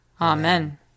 Amen